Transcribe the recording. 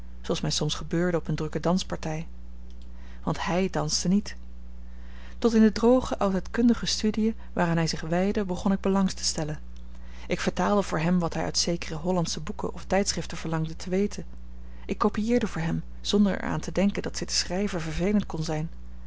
zooals mij soms gebeurde op eene drukke danspartij want hij danste niet tot in de droge oudheidkundige studiën waaraan hij zich wijdde begon ik belang te stellen ik vertaalde voor hem wat hij uit zekere hollandsche boeken of tijdschriften verlangde te weten ik copiëerde voor hem zonder er aan te denken dat zitten schrijven vervelend kon zijn